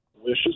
wishes